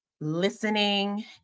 listening